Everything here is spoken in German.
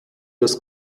des